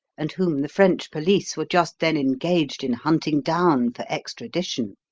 and whom the french police were just then engaged in hunting down for extradition.